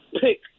pick